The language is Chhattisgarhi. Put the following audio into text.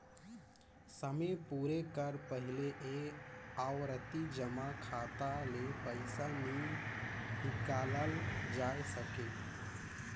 समे पुरे कर पहिले ए आवरती जमा खाता ले पइसा नी हिंकालल जाए सके